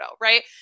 Right